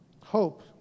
Hope